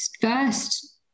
first